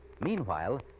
Meanwhile